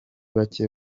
bake